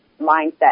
mindset